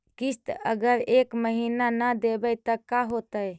किस्त अगर एक महीना न देबै त का होतै?